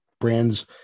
brands